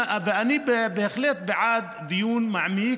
אני בהחלט בעד דיון מעמיק,